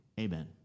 Amen